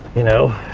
you know?